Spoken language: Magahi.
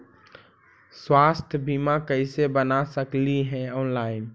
स्वास्थ्य बीमा कैसे बना सकली हे ऑनलाइन?